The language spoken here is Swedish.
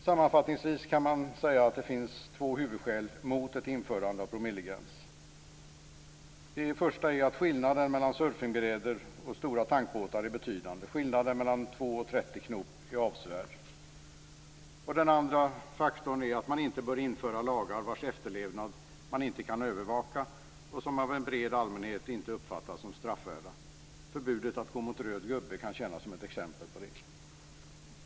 Sammanfattningsvis kan man säga att det finns två huvudskäl mot ett införande av promillegräns. Det första är att skillnaden mellan surfingbrädor och stora tankbåtar är betydande, att skillnaden mellan 2 och 30 knop är avsevärd. Det andra skälet är att man inte bör införa lagar vilkas efterlevnad man inte kan övervaka och som av en bred allmänhet inte uppfattas som straffvärda. Förbudet att gå mot röd gubbe kan tjäna som ett exempel på det.